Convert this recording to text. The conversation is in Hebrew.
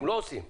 לא עושים.